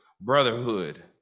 brotherhood